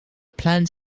plant